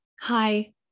hi